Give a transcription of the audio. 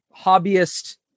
hobbyist